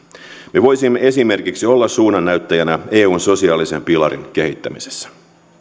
me voisimme esimerkiksi olla suunnannäyttäjänä eun sosiaalisen pilarin kehittämisessä